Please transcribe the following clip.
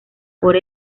por